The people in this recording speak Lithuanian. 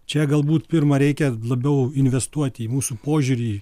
čia galbūt pirma reikia labiau investuot į mūsų požiūrį